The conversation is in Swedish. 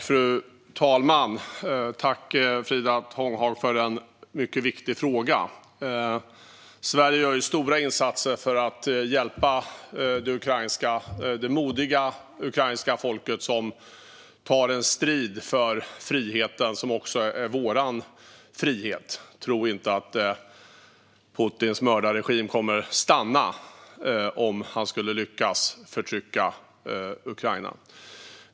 Fru talman! Tack, Frida Tånghag, för en mycket viktig fråga! Sverige gör stora insatser för att hjälpa det modiga ukrainska folket, som tar strid för friheten - också vår frihet. Tro inte att Putins mördarregim kommer att stanna om den skulle lyckas förtrycka Ukraina.